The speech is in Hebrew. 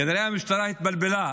כנראה המשטרה התבלבלה,